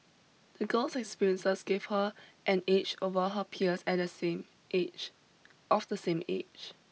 the girl's experiences gave her an edge over her peers at the same age of the same age